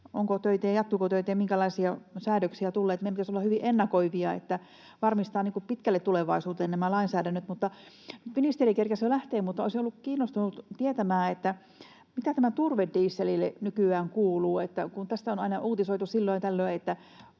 jatkuvatko työt ja minkälaisia säädöksiä tulee. Meidän pitäisi olla hyvin ennakoivia ja varmistaa pitkälle tulevaisuuteen nämä lainsäädännöt. Ministeri kerkesi jo lähtemään, mutta olisin ollut kiinnostunut tietämään, mitä turvedie-selille nykyään kuuluu. Kun tästä on aina uutisoitu silloin ja tällöin,